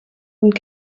und